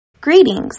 Greetings